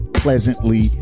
pleasantly